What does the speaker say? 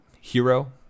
hero